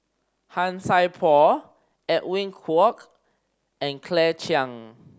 Han Sai Por Edwin Koek and Claire Chiang